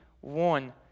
one